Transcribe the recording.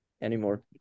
anymore